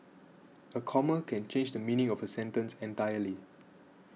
a comma can change the meaning of a sentence entirely